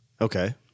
Okay